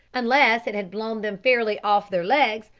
unless it had blown them fairly off their legs,